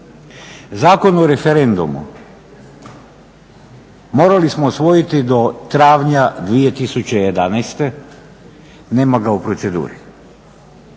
Zakon o referendumu morali smo usvojiti do travnja 2011. nema ga u proceduri.